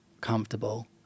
comfortable